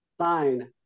sign